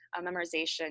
memorization